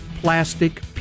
plastic